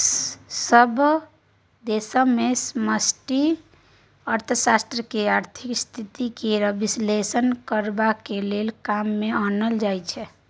सभ देश मे समष्टि अर्थशास्त्र केँ आर्थिक स्थिति केर बिश्लेषण करबाक लेल काम मे आनल जाइ छै